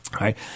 Right